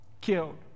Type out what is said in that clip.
killed